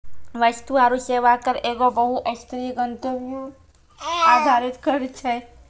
वस्तु आरु सेवा कर एगो बहु स्तरीय, गंतव्य आधारित कर छै